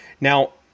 Now